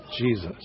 Jesus